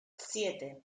siete